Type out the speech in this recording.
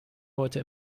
heute